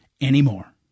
anymore